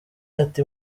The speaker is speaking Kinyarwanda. ati